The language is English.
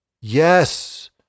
Yes